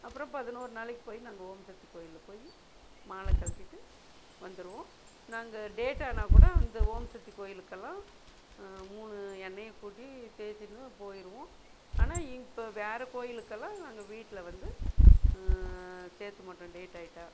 அப்புறம் பதினோரு நாளைக்கு போய் நாங்கள் ஓம் சக்தி கோயிலுக்கு போய் மாலை கழட்டிட்டு வந்துடுவோம் நாங்கள் டேட் ஆனால் கூட அந்த ஓம் சக்தி கோயிலுக்கெல்லாம் மூணு எண்ணையை கூட்டி தேய்ச்சிக்குனு போயிடுவோம் ஆனால் இப்போ வேறே கோயிலுக்கெல்லாம் நாங்கள் வீட்டில் வந்து சேர்த்தமாட்டோம் டேட்டாகிட்டா